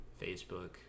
Facebook